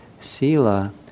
sila